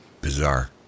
Bizarre